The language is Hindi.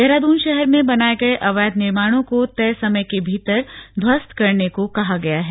देहरादून शहर में बनाए गए अवैध निर्माणों को तय समय के भीतर ध्वस्त करने को कहा गया है